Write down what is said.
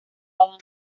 adán